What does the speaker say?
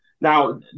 Now